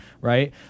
right